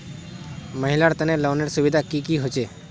महिलार तने लोनेर सुविधा की की होचे?